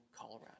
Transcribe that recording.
Colorado